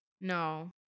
No